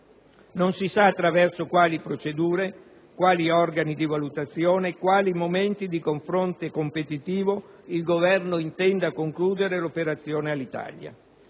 Non si sa attraverso quali procedure, quali organi di valutazione e quali momenti di confronto competitivo il Governo intenda concludere l'operazione Alitalia.